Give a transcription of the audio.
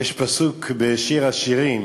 יש פסוק בשיר השירים: